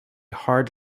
hard